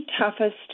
toughest